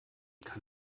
kann